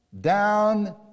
down